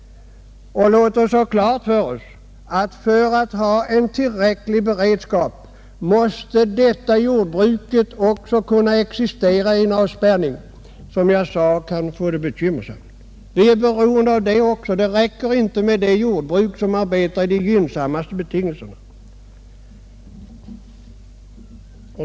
Låt oss ha klart för oss att för att ha en tillräcklig beredskap måste detta jordbruk också kunna existera i en avspärrning då läget kan bli bekymmersamt. Vi är beroende även av det mindre konkurrenskraftiga jordbruket. Det räcker inte med det jordbruk som arbetar under de gynnsammaste betingelserna.